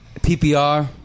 PPR